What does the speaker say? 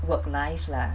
work life lah